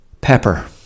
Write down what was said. Pepper